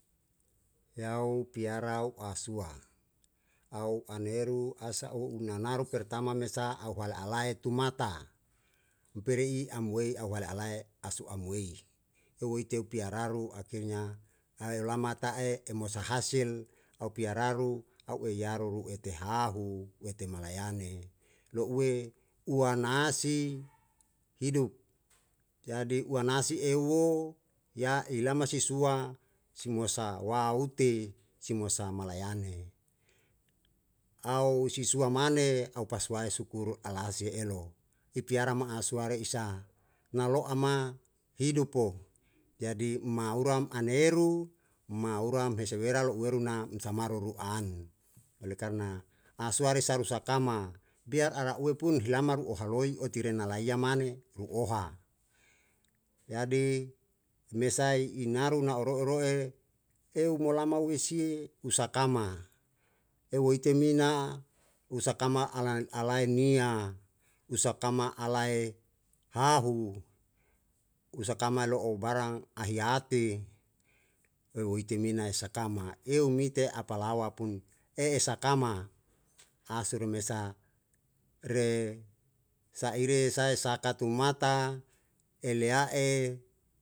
Yau piarau asua au aneru asa'u unanaru pertama me sa au halae alae tumata umperei iamwei awalalae asua mui houweite u piararu akhirnya ae lama ta'e emosa hasil au piararu au eiyaru ru etehahu wete malayane lo'ue uanasi hidup jadi uanasi euo ya ilama sisua simosa wa wute simosa malayane au sisua mane au pasuae sukuru alasi elo i piara ma'suare isa nalo'ama hidupo, jadi ma uram aneru ma uram hese wera lo'ueru na msamaru ru an. Oleh karna asua risa rusa kama biar arau'e pun hilama ru'o haloi oti rena laia mane ru oha. Jadi mesai naru na oro oro'e keu molama wesie usakama euoitemina usakama alan alaenia usakama alae hahu usakama lo'o barang ahiate oeteimina esakama eumite apalawa pun e esakama asuremesa resaire sae saka tumata elea e.